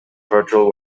virtual